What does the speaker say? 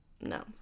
no